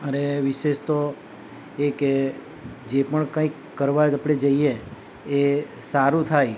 મારે વિશેષ તો એકે જે પણ કંઈક કરવા આપણે જઈએ એ સારું થાય